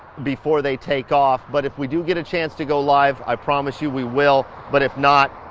before they take off. but if we do get a chance to go live, i promise you we will. but if not,